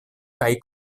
kaj